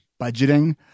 budgeting